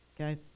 Okay